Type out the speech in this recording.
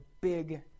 big